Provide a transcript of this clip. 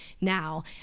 now